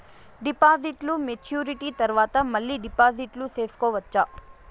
డిపాజిట్లు మెచ్యూరిటీ తర్వాత మళ్ళీ డిపాజిట్లు సేసుకోవచ్చా?